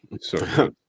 Sorry